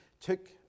took